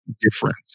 difference